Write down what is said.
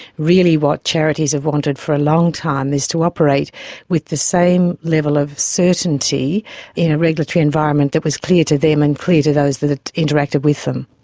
really what charities have wanted for a long time is to operate with the same level of certainty in a regulatory environment that was clear to them and clear to those that interacted with them.